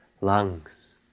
lungs